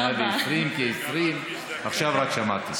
עד 120 כ-20, עכשיו רק שמעתי.